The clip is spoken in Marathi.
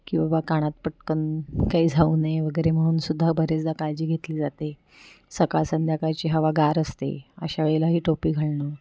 की बाबा कानात पटकन काही जाऊ नये वगैरे म्हणून सुद्धा बरेचदा काळजी घेतली जाते सकाळ संध्याकाळची हवा गार असते अशा वेळेलाही टोपी घालणं